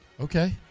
Okay